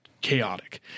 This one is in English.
chaotic